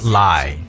lie